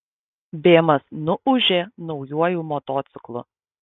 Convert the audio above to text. bėmas nuūžė naujuoju motociklu